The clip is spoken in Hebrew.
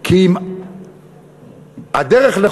שהדיון יהיה פתוח ואמיתי.